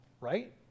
right